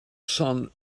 son